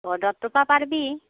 অঁ দ'তটোৰপা পাৰবি